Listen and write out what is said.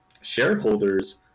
shareholders